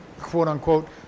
quote-unquote